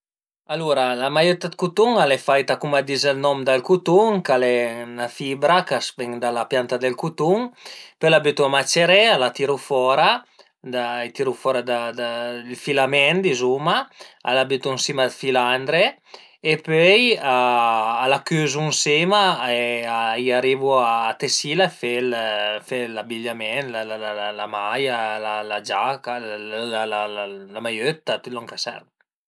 Alura la maiëtta dë cutun al e faita cum a dis ël nom dal cutun ch'al e 'na fibra ch'a ven da la pianta dël cutun, pöi a la bütu a maceré, a la tiru fora, a tiru fora ël filament dizuma, a la bütu ën sima dë filandre e pöi a la cüzu ënsema e a i arivu a tessila e a fe l'abigliament, la maia, la giaca, la maiëtta, tüt lon ch'a serv